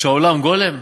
שהעולם גולם?